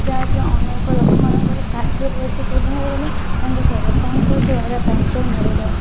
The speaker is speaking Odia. ଯାହାକି ଅନେକ ଲୋକ ମାନଙ୍କର ଷାଠିଏ ବୟସ ସୁଦ୍ଧା ହେଇଗଲେ ତାଙ୍କୁ ସରକାରଙ୍କ ଦ୍ୱାରା ପେନସନ୍ ମିଳିଥାଏ